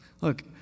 Look